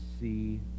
see